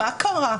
מה קרה?